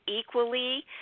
equally